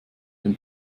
den